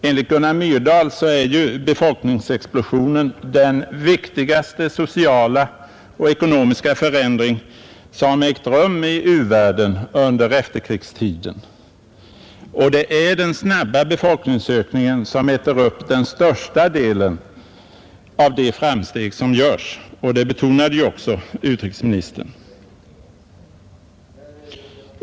Enligt Gunnar Myrdal är befolkningsexplosionen ”den viktigaste sociala och ekonomiska förändring som ägt rum i u-världen under efterkrigstiden”. Det är den snabba befolkningsökningen som äter upp den största delen av de framsteg som görs, vilket utrikesministern också betonade.